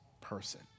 person